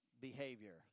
behavior